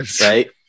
right